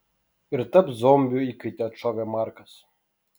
ir taps zombių įkaite atšovė markas